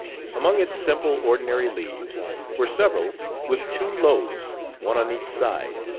among its simple ordinary leaves were several with two lobes one on each side.